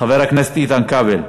חבר הכנסת איתן כבל.